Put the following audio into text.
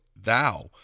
thou